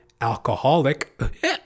alcoholic